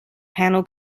panel